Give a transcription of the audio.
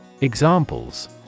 Examples